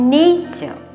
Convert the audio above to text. nature